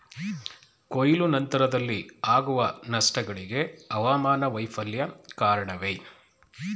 ಕೊಯ್ಲು ನಂತರದಲ್ಲಿ ಆಗುವ ನಷ್ಟಗಳಿಗೆ ಹವಾಮಾನ ವೈಫಲ್ಯ ಕಾರಣವೇ?